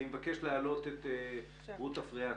אני מבקש להעלות את רות אפריאט,